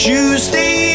Tuesday